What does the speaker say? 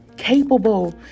capable